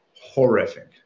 horrific